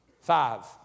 Five